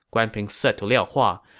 guan ping said to liao hua.